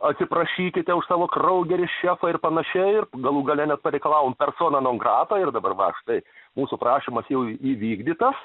atsiprašykite už savo kraugerį šefą ir panašiai ir galų gale net pareikalavom persona non grata ir dabar va štai mūsų prašymas jau įvykdytas